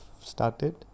started